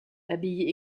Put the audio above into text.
habillée